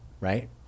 Right